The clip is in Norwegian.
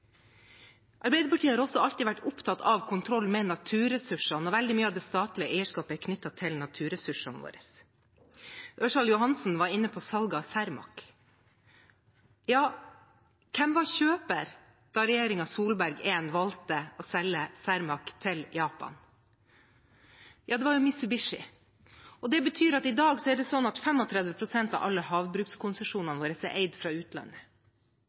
Arbeiderpartiet har også alltid vært opptatt av kontroll med naturressursene, og veldig mye av det statlige eierskapet er knyttet til naturressursene våre. Representanten Ørsal Johansen var inne på salget av Cermaq. Ja, hvem var kjøper da regjeringen Solberg I valgte å selge Cermaq til Japan? Det var Mitsubishi, og det betyr at i dag er 35 pst. av alle havbrukskonsesjonene våre eid fra utlandet.